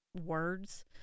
words